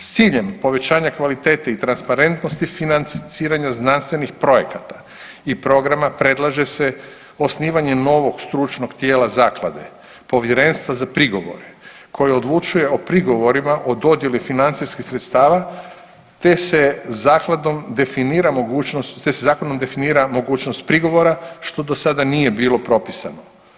S ciljem povećanja kvalitete i transparentnosti financiranja znanstvenih projekata i programa predlaže se osnivanje novog stručnog tijela zaklade, povjerenstva za prigovore koje odlučuje o prigovorima o dodjeli financijskih sredstava te se zakladom definira mogućnost, te se zakonom definira mogućnost prigovora, što dosada nije bilo propisano.